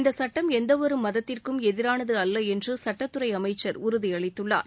இந்த சுட்டம் எந்தவொரு மதத்திற்கும் எதிரானது அல்ல என்று சுட்டத்துறை அமைச்சர் உறுதியளித்துள்ளார்